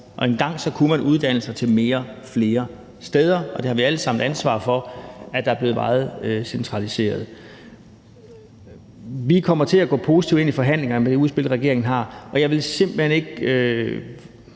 Engang kunne man uddanne sig til mere flere steder, og vi har alle sammen ansvar for, at der er blevet centraliseret meget. Vi kommer til at gå positivt ind i forhandlingerne om det udspil, regeringen har, og jeg vil simpelt hen ikke